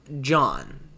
John